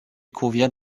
convient